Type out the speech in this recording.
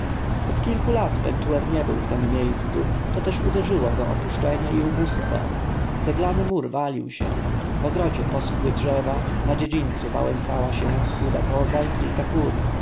od kilku lat pentuer nie był w tem miejscu to też uderzyło go opuszczenie i ubóstwo ceglany mur walił się w ogrodzie poschły drzewa na dziedzińcu wałęsała się chuda koza i